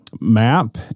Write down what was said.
map